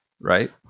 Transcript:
right